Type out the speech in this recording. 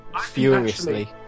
furiously